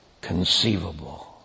conceivable